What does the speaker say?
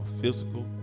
physical